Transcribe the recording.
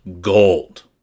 gold